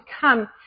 come